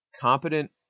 competent